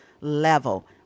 level